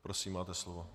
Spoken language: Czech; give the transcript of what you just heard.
Prosím, máte slovo.